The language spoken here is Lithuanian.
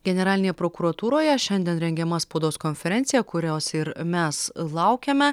generalinėje prokuratūroje šiandien rengiama spaudos konferencija kurios ir mes laukiame